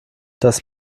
das